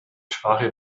schwache